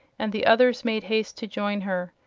and the others made haste to join her.